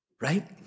Right